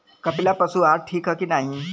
कपिला पशु आहार ठीक ह कि नाही?